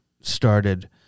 started